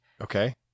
Okay